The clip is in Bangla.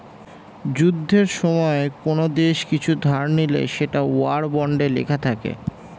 যুদ্ধের সময়ে কোন দেশ কিছু ধার নিলে সেটা ওয়ার বন্ডে লেখা থাকে